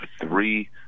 three